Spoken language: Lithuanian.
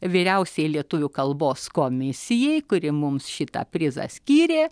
vyriausiajai lietuvių kalbos komisijai kuri mums šitą prizą skyrė